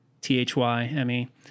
t-h-y-m-e